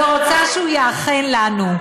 ורוצה שהוא יאחל לנו.